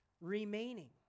remaining